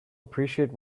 appreciate